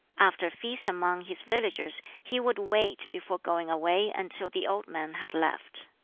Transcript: after a feast among his villagers, he would wait before going away until the old men had left.